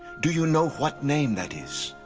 do you know what name that is?